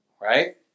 Right